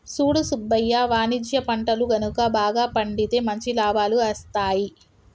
సూడు సుబ్బయ్య వాణిజ్య పంటలు గనుక బాగా పండితే మంచి లాభాలు అస్తాయి